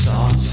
Talk